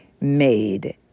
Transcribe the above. made